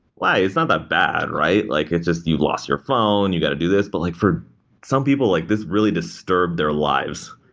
why? it's not that bad. like it's just you lost your phone. you got to do this, but like for some people, like this really disturbed their lives.